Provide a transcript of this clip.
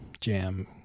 jam